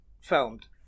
filmed